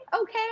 okay